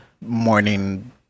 morning